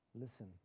listen